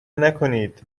نکنید